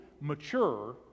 mature